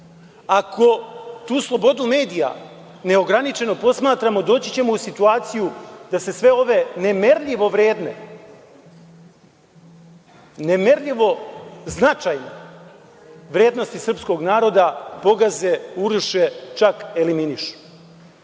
Ako tu slobodu medija neograničeno posmatramo, doći ćemo u situaciju da se sve ove nemerljivo vredne, nemerljivo značajne vrednosti srpskog naroda pogaze, uruše i čak eliminišu. Zbog